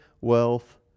wealth